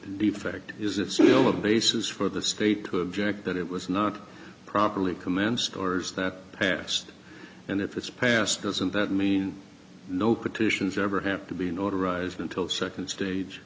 defect is it still a basis for the state to object that it was not properly commenced stores that passed and if it's passed doesn't that mean no petitions ever have to be in order arise until second stage